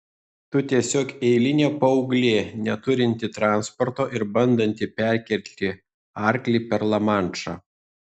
tu tiesiog eilinė paauglė neturinti transporto ir bandanti perkelti arklį per lamanšą